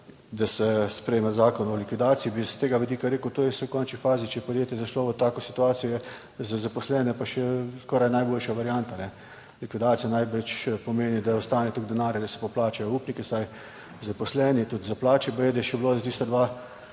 da se sprejme Zakon o likvidaciji, bi s tega vidika rekel, to je, saj v končni fazi, če je podjetje zašlo v tako situacijo, je za zaposlene pa še skoraj najboljša varianta. Likvidacija najbrž pomeni, da ostane toliko denarja, da se poplačajo upniki, vsaj zaposleni, tudi za plače baje, da je še bilo za